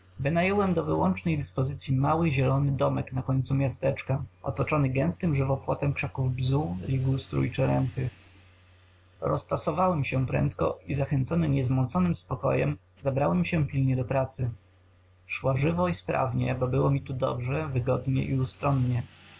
wynająłem do wyłącznej dyspozycyi mały zielony domek na końcu miasteczka otoczony gęstym żywopłotem krzaków bzu ligustru i czeremchy roztasowałem się prędko i zachęcony niezmąconym spokojem zabrałem się pilnie do pracy szła żwawo i sprawnie bo było mi tu dobrze wygodnie i